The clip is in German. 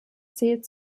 zählt